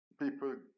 People